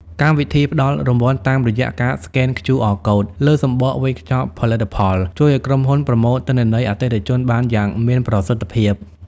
កម្មវិធីផ្តល់រង្វាន់តាមរយៈការស្កែន QR Code លើសំបកវេចខ្ចប់ផលិតផល ជួយឱ្យក្រុមហ៊ុនប្រមូលទិន្នន័យអតិថិជនបានយ៉ាងមានប្រសិទ្ធភាព។